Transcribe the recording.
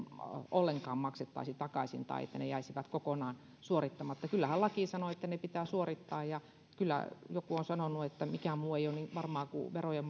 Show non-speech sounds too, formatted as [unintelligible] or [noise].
ollenkaan maksettaisi takaisin tai että ne jäisivät kokonaan suorittamatta kyllähän laki sanoo että ne pitää suorittaa ja joku on sanonut että mikään muu ei ole niin varmaa kuin verojen [unintelligible]